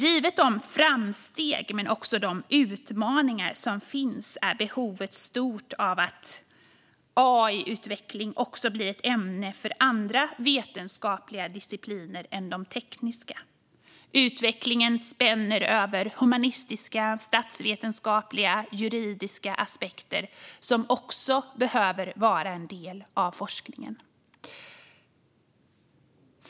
Givet de framsteg och de utmaningar som finns är behovet stort av att AI-utveckling också blir ett ämne för andra vetenskapliga discipliner än de tekniska. Utvecklingen spänner över humanistiska, statsvetenskapliga och juridiska aspekter som också behöver vara en del av forskningen.